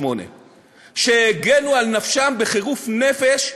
את היהודים שהגנו על נפשם בחירוף נפש,